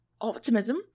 optimism